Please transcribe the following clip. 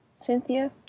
Cynthia